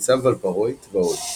חומצה ולפרואית ועוד.